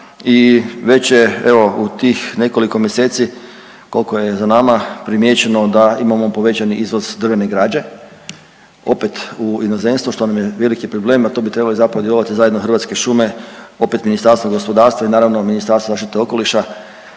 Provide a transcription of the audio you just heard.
i već je evo u tih nekoliko mjeseci koliko je za nama primijećeno da imamo povećani izvoz drvene građe, opet u inozemstvu što nam je veliki problem, a to bi trebali zapravo djelovati zajedno Hrvatske šume opet Ministarstvo gospodarstva i naravno Ministarstvo zaštite okoliša,